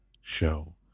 show